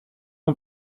ans